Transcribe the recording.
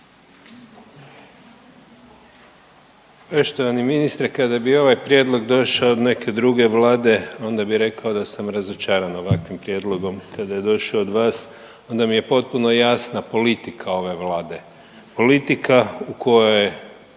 Poštovani ministre, kada bi ovaj prijedlog došao od neke druge Vlade onda bih rekao da sam razočaran ovakvim prijedlogom. Kada je došao od vas onda mi je potpuno jasna politika ove Vlade, politika u kojoj